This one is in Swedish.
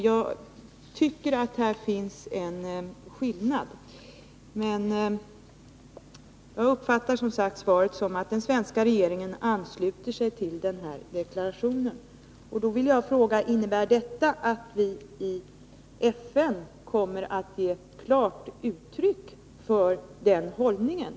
Jag tycker att här finns en skillnad, men jag uppfattar svaret så, att den svenska regeringen ansluter sig till denna deklaration, och jag vill då fråga: Innebär detta att vi i FN kommer att ge ett klart uttryck för den hållningen?